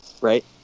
Right